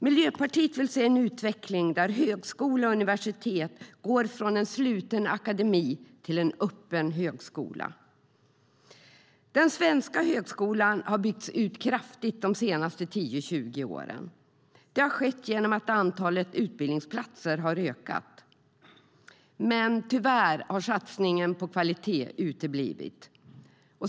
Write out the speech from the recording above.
Miljöpartiet vill se en utveckling där högskola och universitet går från en sluten akademi till en öppen högskola. Den svenska högskolan har byggts ut kraftigt de senaste 10-20 åren. Detta har skett genom att antalet utbildningsplatser ökat. Tyvärr har satsningen på kvalitet uteblivit.